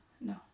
No